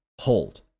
hold